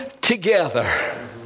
together